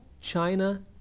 China